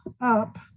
up